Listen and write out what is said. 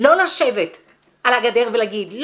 לא לשבת על הגדר ולהגיד,